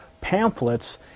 pamphlets